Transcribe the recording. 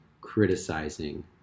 criticizing